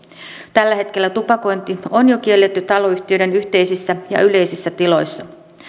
tällä hetkellä tupakointi on jo kielletty taloyhtiöiden yhteisissä ja yleisissä tiloissa